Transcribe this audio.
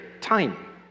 time